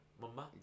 Mama